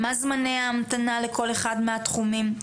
מה זמני ההמתנה לכל אחד מהתחומים,